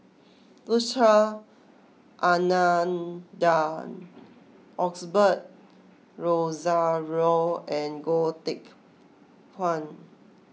Anandan Osbert Rozario and Goh Teck Phuan